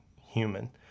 human